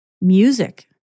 Music